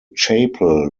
chapel